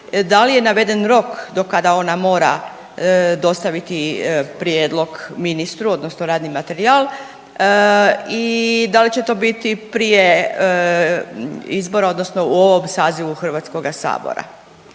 da li je naveden rok do kada ona mora dostaviti prijedlog ministru, odnosno radni materijal i da li će to biti prije izbora, odnosno u ovom sazivu Hrvatskoga sabora.